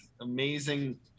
amazing